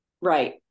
Right